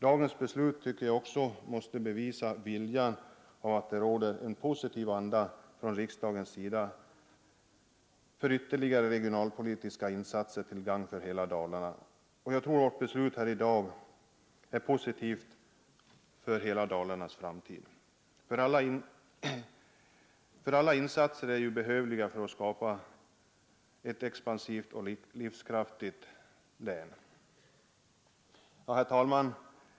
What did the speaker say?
Dagens beslut bevisar, tycker jag, att riksdagen har en positiv vilja till ytterligare regionalpolitiska insatser till gagn för hela Dalarna. Jag tror att vårt beslut här i dag är till nytta för hela Dalarnas framtid. Alla insatser är ju behövliga för att skapa ett expansivt och livskraftigt län. Herr talman!